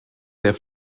der